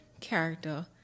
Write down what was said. character